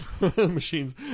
Machines